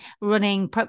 running